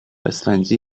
اسفنجی